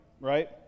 right